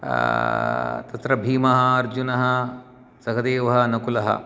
तत्र भीमः अर्जुनः सहदेवः नकुलः